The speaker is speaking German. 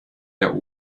der